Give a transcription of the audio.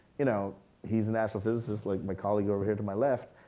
you know he's an actual physicist, like my colleague over here to my left,